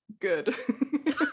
good